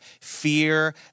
fear